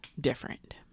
different